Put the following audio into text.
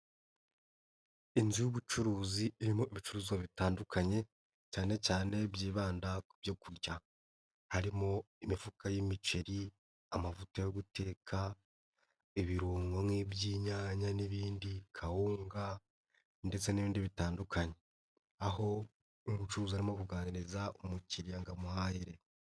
Inzu y'ubucuruzi irimo ibicuruzwa bitandukanye, cyane cyane byibanda ku byo kurya. hHarimo imifuka y'imiceri, amavuta yo guteka, ibirungo nk'iby'inyanya n'ibindi, kawunga ndetse n'ibindi bitandukanye. Aho umucuruzi arimo kuganiriza umukiriya ngo amuhahire.